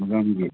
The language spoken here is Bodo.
मोगा मोगि